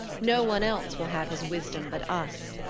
no one else will have his wisdom but us.